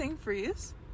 freeze